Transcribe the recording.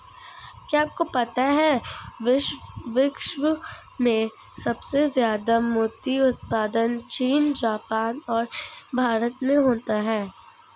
क्या आपको पता है विश्व में सबसे ज्यादा मोती उत्पादन चीन, जापान और भारत में होता है?